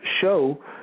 show